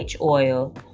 oil